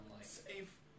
Safe